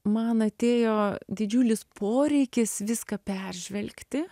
man atėjo didžiulis poreikis viską peržvelgti